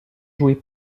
jouées